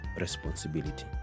responsibility